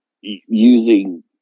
using